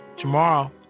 tomorrow